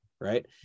right